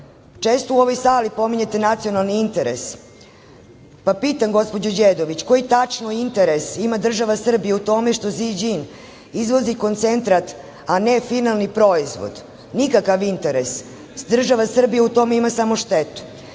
Često u ovoj sali pominjete nacionalni interes, pa pitam gospođu Đedović - koji tačno interes ima država Srbija u tome što Ziđin izvozi koncentrat, a ne finalni proizvod? Nikakav interes. Država Srbija u tome ima samo štetu. Mi